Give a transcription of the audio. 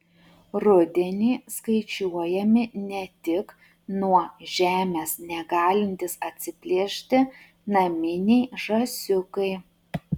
rudenį skaičiuojami ne tik nuo žemės negalintys atsiplėšti naminiai žąsiukai